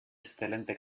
excelente